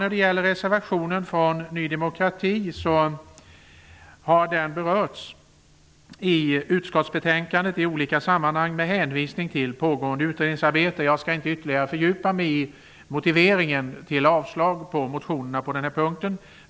Förslaget i reservationen från Ny demokrati har berörts i utskottsbetänkandet i olika sammanhang, med hänvisning till pågående utredningsarbete. Jag skall inte ytterligare fördjupa mig i motiveringen för att avstyrka motionerna på den här punkten.